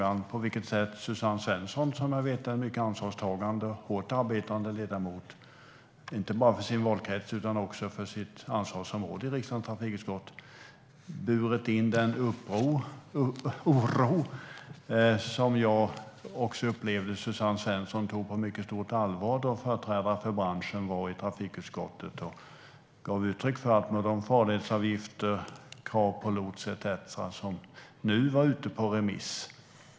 Jag vet att Suzanne Svensson är en mycket ansvarstagande och hårt arbetande ledamot, inte bara för sin valkrets utan också för sitt ansvarsområde i riksdagens trafikutskott. På vilket sätt har Suzanne Svensson burit in den oro som jag upplevde att hon tog på mycket stort allvar då företrädare för branschen var i trafikutskottet och gav uttryck för vad de kände i fråga om det förslag om farledsavgifter, krav på lots etcetera som nu var ute på remiss?